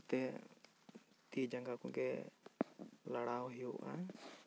ᱫᱩᱲᱩᱵ ᱠᱟᱛᱮ ᱛᱤᱥ ᱡᱟᱝᱜᱟ ᱠᱚ ᱜᱮ ᱞᱟᱲᱟᱣ ᱦᱩᱭᱩᱜᱼᱟ